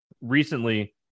recently